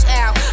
out